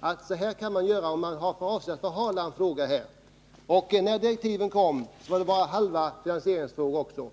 att det går att göra på detta sätt om avsikten är att förhala en fråga. När direktiven kom gällde det också bara halva finansieringen.